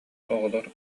оҕолор